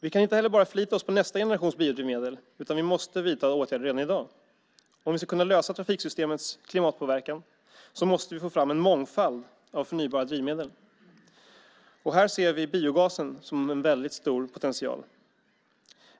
Vi kan inte heller bara förlita oss på nästa generations biodrivmedel, utan vi måste vidta åtgärder redan i dag. Om vi ska kunna lösa trafiksystemens klimatpåverkan måste vi få fram en mångfald av förnybara drivmedel. Här ser vi biogasen som en väldigt stor potential.